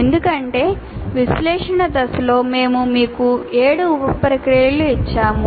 ఎందుకంటే విశ్లేషణ దశలో మేము మీకు 7 ఉప ప్రక్రియలను ఇచ్చాము